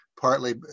partly